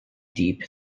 deep